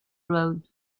road